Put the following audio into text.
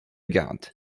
gand